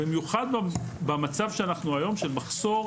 במיוחד במצב של המחסור